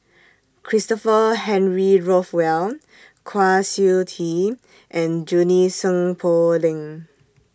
Christopher Henry Rothwell Kwa Siew Tee and Junie Sng Poh Leng